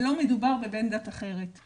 ולא מדובר בבן דת אחרת.